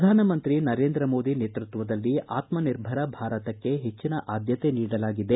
ಪ್ರಧಾನಮಂತ್ರಿ ನರೇಂದ್ರ ಮೋದಿ ನೇತೃತ್ವದಲ್ಲಿ ಆತ್ಮಿರ್ಭರ ಭಾರತಕ್ಕೆ ಹೆಚ್ಚಿನ ಆದ್ದತೆ ನೀಡಲಾಗಿದೆ